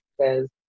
says